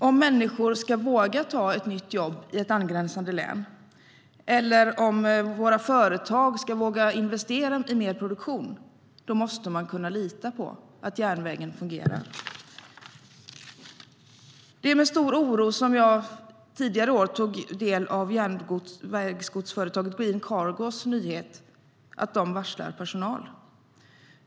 Om människor ska våga ta ett nytt jobb i ett angränsande län eller om våra företag ska våga investera i mer produktion måste de kunna lita på att järnvägen fungerar. Det var med stor oro som jag tidigare i år tog del av järnvägsgodsföretagets Green Cargos nyhet att de varslar personal.